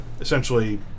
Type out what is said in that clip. essentially